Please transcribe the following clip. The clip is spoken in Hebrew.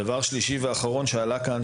דבר שלישי ואחרון שעלה כאן,